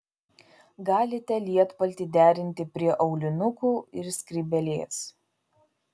galite lietpaltį derinti prie aulinukų ir skrybėlės